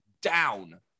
down